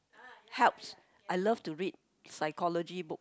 helps I love to read psychology books